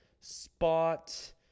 spot